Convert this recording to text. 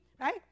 right